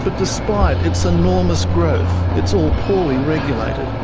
but despite its enormous growth, it's all poorly regulated,